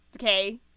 Okay